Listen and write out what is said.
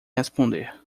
responder